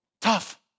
tough